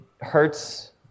hurts